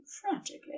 frantically